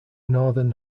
northern